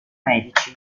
medici